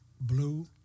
blue